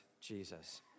Jesus